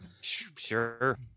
Sure